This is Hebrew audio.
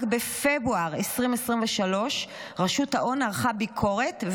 רק בפברואר 2023 רשות שוק ההון ערכה ביקורת,